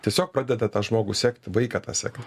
tiesiog pradeda tą žmogų sektivaiką tą sekti